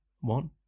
one